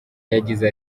yagize